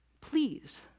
please